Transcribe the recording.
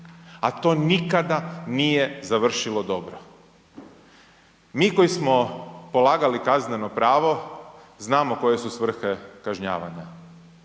a to nikada nije završilo dobro. Mi koji smo polagali kazneno pravo znamo koje su svrhe kažnjavanja.